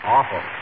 Awful